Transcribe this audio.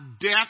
death